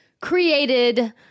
created